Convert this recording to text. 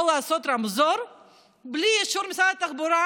לעשות רמזור בלי אישור משרד התחבורה,